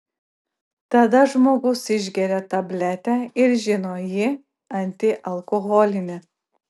tada žmogus išgeria tabletę ir žino ji antialkoholinė